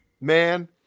Man